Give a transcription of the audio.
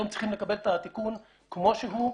היום צריכים לקבל את התיקון כמו שהוא.